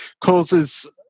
causes